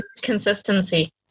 consistency